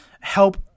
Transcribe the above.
help